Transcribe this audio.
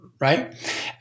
Right